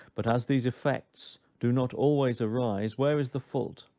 but as these effects do not always arise, where is the fault?